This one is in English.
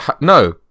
No